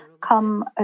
come